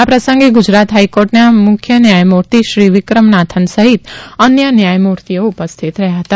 આ પ્રસંગે ગુજરાત હાઈકોર્ટના મુખ્ય ન્યાયમૂતિ શ્રી વિક્રમનાથન સહિત અન્ય ન્યાયમૂર્તિઓ ઉપસ્થિત રહ્યા હતા